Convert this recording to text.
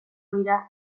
dira